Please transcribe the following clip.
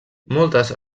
moltes